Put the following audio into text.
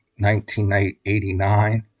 1989